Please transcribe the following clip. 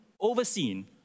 overseen